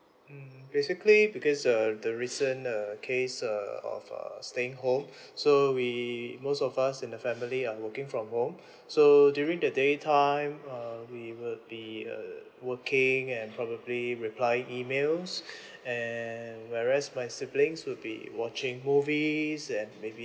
mm basically because err the recent err case err of uh staying home so we most of us in the family are working from home so during the day time uh we would be uh working and probably replying emails and whereas my siblings will be watching movies and maybe